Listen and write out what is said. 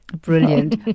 Brilliant